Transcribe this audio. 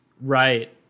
Right